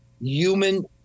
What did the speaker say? human